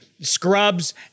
scrubs